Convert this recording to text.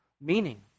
meaning